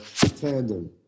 tandem